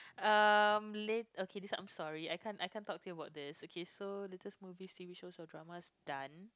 um la~okay this one I'm sorry I can't I can't talk to you about this okay so latest movie T_V shows or dramas done